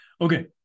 Okay